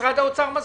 משרד האוצר מסכים.